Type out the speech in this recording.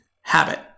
habit